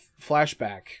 flashback